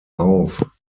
auf